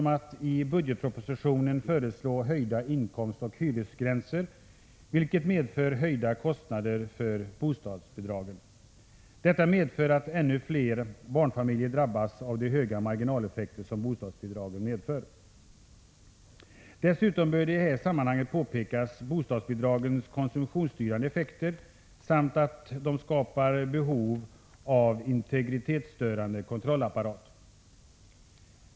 m att i budgetpropositionen föreslå höjda inkomstoch hyresgränser, vilket medför höjda kostnader för bostadsbidragen. Detta innebär att ännu fler barnfamiljer drabbas av de höga marginaleffekter som bostadsbidragen medför. Dessutom bör i det här sammanhanget påpekas bostadsbidragens konsumtionsstyrande effekter samt att bidragen skapar behov av en integritetsstörande kontrollapparat.